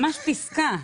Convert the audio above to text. ממש פסקה.